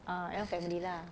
ah that [one] family lah